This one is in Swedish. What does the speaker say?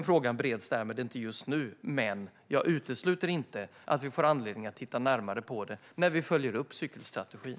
Frågan bereds därmed inte just nu, men jag utesluter inte att vi får anledning att titta närmare på detta när vi följer upp cykelstrategin.